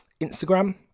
Instagram